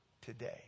today